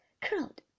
curled